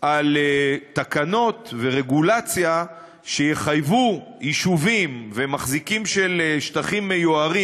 על תקנות ורגולציה שיחייבו יישובים ומחזיקים של שטחים מיוערים,